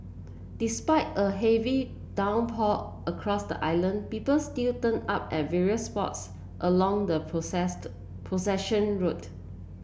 despite a heavy downpour across the island people still turned up at various spots along the procession route